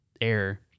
air